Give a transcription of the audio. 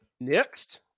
Next